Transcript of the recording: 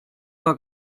war